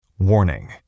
Warning